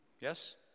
Yes